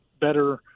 better